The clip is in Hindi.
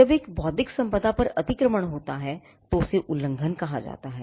जब एक बौद्धिक संपदा पर अतिक्रमण होता है तो उसे उल्लंघन कहा जाता है